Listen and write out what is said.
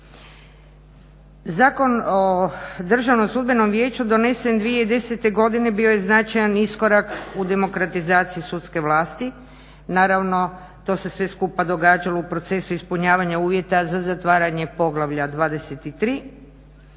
Zakon o Državnom sudbenom vijeću donesen 2010.godine bio je značajan iskorak u demokratizaciji sudske vlati. Naravno to se sve skupa događalo u procesu ispunjavanje uvjeta za zatvaranje poglavlja 23., kada